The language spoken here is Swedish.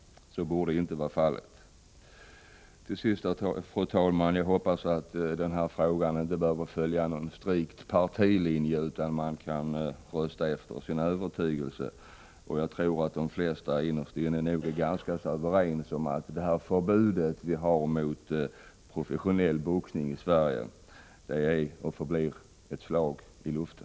Så borde inte vara fallet. Till sist, fru talman, hoppas jag att denna fråga inte behöver följa någon strikt partilinje, utan att ledamöterna kan rösta efter sin övertygelse. Jag tror att de flesta nog är överens om att förbudet mot professionell boxning är och förblir ett slag i luften.